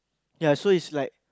ya so is like